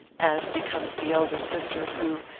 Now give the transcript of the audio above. as becomes the elder sister, who,